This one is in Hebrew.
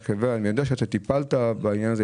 שטיפלת בעניין הזה,